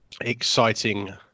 exciting